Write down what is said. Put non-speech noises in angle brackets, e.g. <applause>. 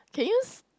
can you <noise>